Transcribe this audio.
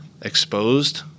exposed